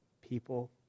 people